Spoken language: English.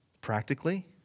Practically